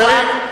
חברים,